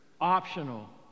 optional